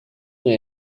nie